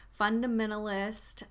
fundamentalist